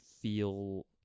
feel